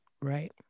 Right